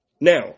Now